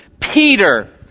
Peter